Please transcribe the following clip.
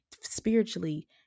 spiritually